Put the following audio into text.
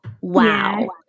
Wow